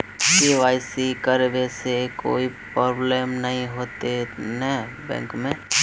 KYC करबे से कोई प्रॉब्लम नय होते न बैंक में?